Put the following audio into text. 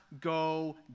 go